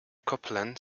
copeland